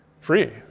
free